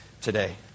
today